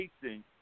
facing